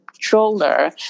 controller